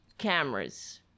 Cameras